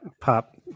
Pop